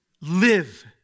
live